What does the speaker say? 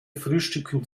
frühstücken